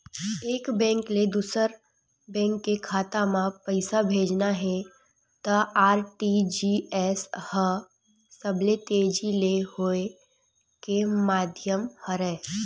एक बेंक ले दूसर बेंक के खाता म पइसा भेजना हे त आर.टी.जी.एस ह सबले तेजी ले होए के माधियम हरय